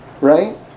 right